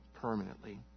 permanently